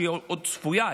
שהיא עוד צפויה,